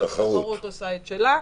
התחרות עושה את שלה.